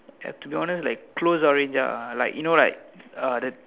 and to be honest like close orange ah like you know like uh the